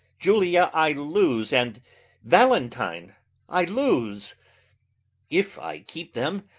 julia i lose, and valentine i lose if i keep them,